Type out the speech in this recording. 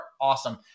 awesome